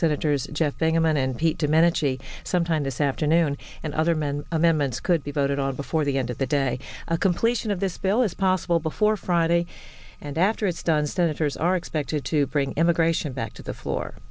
domenici sometime this afternoon and other men amendments could be voted on before the end of the day a completion of this bill is possible before friday and after it's done starters are expected to bring immigration back to the floor